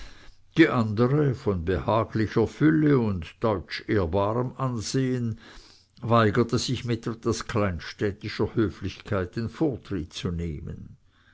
die andere von behaglicher fülle und deutschehrbarem ansehen weigerte sich mit etwas kleinstädtischer höflichkeit den vortritt zu nehmen